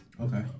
Okay